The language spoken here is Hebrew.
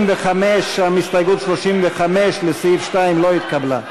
הסתייגות 35 לסעיף 2 לא התקבלה,